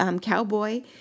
cowboy